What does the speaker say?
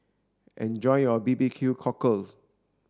enjoy your B B Q cockle